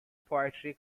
poetry